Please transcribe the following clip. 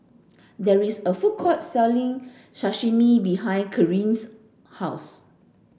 there is a food court selling Sashimi behind Karyn's house